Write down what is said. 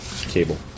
cable